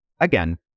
again